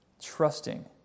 Trusting